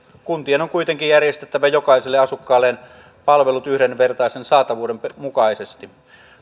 kuntien on kuitenkin järjestettävä jokaiselle asukkaalleen palvelut yhdenvertaisen saatavuuden mukaisesti